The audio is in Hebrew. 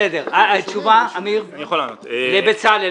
תשובה לבצלאל.